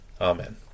Amen